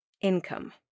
income